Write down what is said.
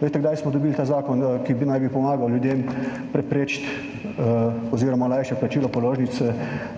Veste, kdaj smo dobili ta zakon, ki naj bi pomagal ljudem preprečiti oziroma lajšati plačilo položnic